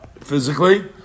physically